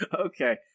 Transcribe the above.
Okay